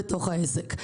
בתוך העסק.